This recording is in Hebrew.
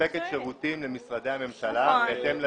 לפ"ם מספקת שירותים למשרדי הממשלה בהתאם לדרישות.